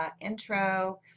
intro